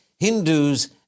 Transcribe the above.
Hindus